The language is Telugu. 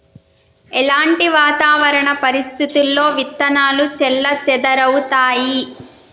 ఎలాంటి వాతావరణ పరిస్థితుల్లో విత్తనాలు చెల్లాచెదరవుతయీ?